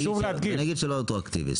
ונגיד שלא רטרואקטיבי.